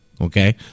Okay